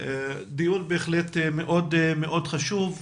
זה היה בהחלט דיון מאוד-מאוד חשוב.